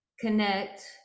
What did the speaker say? connect